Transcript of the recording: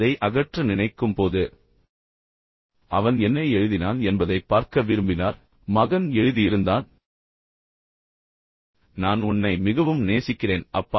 அதை அகற்ற நினைக்கும் போது அவன் என்ன எழுதினான் என்பதைப் பார்க்க விரும்பினார் மகன் எழுதியிருந்தான் நான் உன்னை மிகவும் நேசிக்கிறேன் அப்பா